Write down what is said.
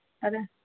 अरे